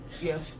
Yes